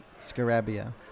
scarabia